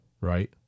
Right